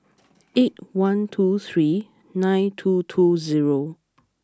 eight one two three nine two two zero